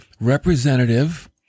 representative